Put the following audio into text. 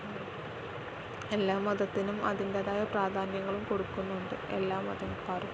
എല്ലാ മതത്തിനും അതിൻ്റേതായ പ്രാധാന്യങ്ങളും കൊടുക്കുന്നുണ്ട് എല്ലാ മതക്കാരും